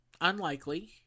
unlikely